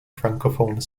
francophone